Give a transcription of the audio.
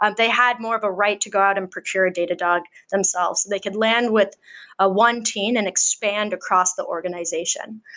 and they had more of a right to go out and procure datadog themselves. they could land with a one team and expand across the organization.